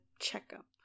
checkup